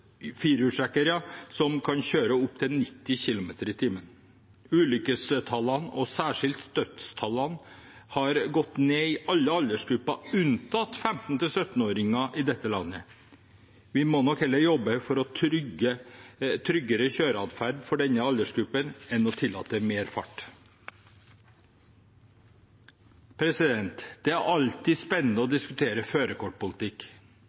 som kan kjøre i opptil 90 km/t. Ulykkestallene, og særskilt dødstallene, har gått ned i alle aldersgrupper i dette landet, unntatt for 15–17-åringer. Vi må nok heller jobbe for en tryggere kjøreatferd for denne aldersgruppen enn å tillate mer fart. Det er alltid spennende å diskutere førerkortpolitikk.